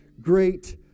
great